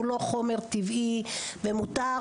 שהוא לא חומר טבעי ומותר,